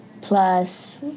plus